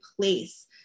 place